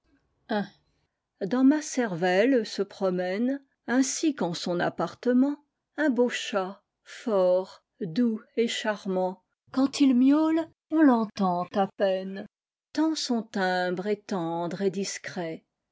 dans ma cervelle se promène ainsi qu'en son appartement un beau chat fort doux et charmant quand il miaule on l'entend à peine tant son timbre est tendre et discret